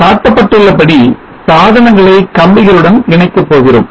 காட்டப்பட்டுள்ள படி சாதனங்களை கம்பிகளுடன் இணைக்க போகிறோம்